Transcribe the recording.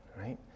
right